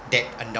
that